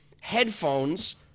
headphones